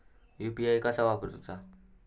UPI कसा वापरूचा?